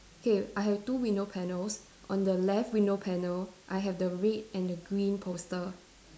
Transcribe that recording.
K I have two window panels on the left window panel I have the red and the green poster